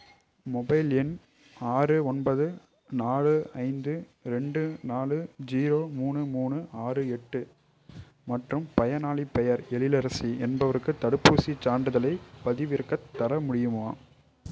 mobile எண் ஆறு ஒன்பது நாலு ஐந்து ரெண்டு நாலு ஜீரோ மூணு மூணு ஆறு எட்டு மற்றும் பயனாளிப் பெயர் எழிலரசி என்பவருக்கு தடுப்பூசிச் சான்றிதழைப் பதிவிறக்கித் தர முடியுமா